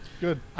Good